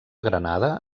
granada